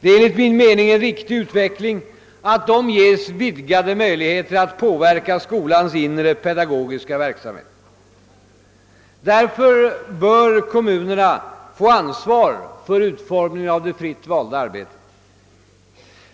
Det är enligt min mening en riktig utveckling att de får vidgade möjligheter att påverka skolans inre pedagogiska verksamhet. Därför bör kommunerna få ansvaret för utformningen av det fritt valda arbetet.